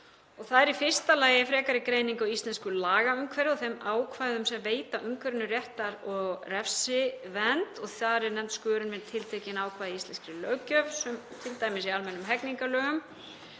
Það er í fyrsta lagi frekari greining á íslensku lagaumhverfi og þeim ákvæðum sem veita umhverfinu réttar- og refsivernd og þar er nefnd skörun við tiltekin ákvæði í íslenskri löggjöf, t.d. í almennum hegningarlögum,